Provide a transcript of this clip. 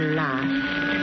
last